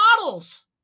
models